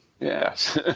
Yes